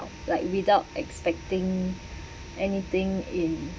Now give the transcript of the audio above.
like without expecting anything in